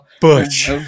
Butch